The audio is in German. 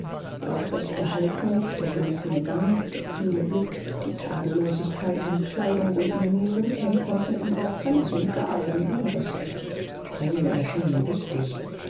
die aufrechte haltung der gemessene gang der kühle blick die tadellosigkeit in kleidung und manieren kennzeichneten auch ganz und gar sein inneres strenge erschien ihm wichtig